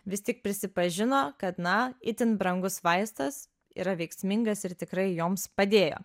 vis tik prisipažino kad na itin brangus vaistas yra veiksmingas ir tikrai joms padėjo